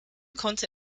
konnte